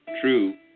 true